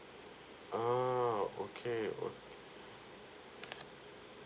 ah okay